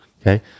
Okay